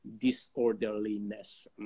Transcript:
disorderliness